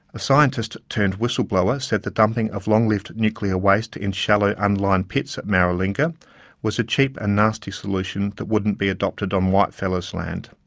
a scientist-turned-whistleblower said the dumping of long-lived nuclear waste in shallow, unlined pits at maralinga was a cheap and nasty solution that wouldn't be adopted on white-fellas land.